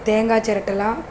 தேங்காய் சிரட்டலாம்